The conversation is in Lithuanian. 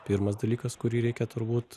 pirmas dalykas kurį reikia turbūt